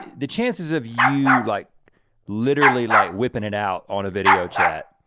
the chances of you like literally like whipping it out on a video chat,